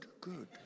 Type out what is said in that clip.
good